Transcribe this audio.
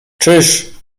czyż